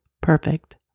perfect